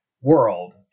world